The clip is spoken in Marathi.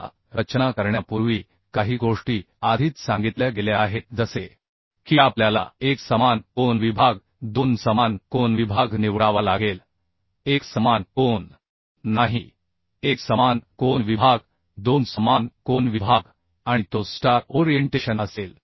आता रचना करण्यापूर्वी काही गोष्टी आधीच सांगितल्या गेल्या आहेत जसे की आपल्याला एक समान कोन विभाग दोन समान कोन विभाग निवडावा लागेल एक समान कोन नाही एक समान कोन विभाग दोन समान कोन विभाग आणि तो स्टार ओरिएंटेशन असेल